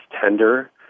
tender